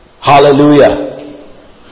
Hallelujah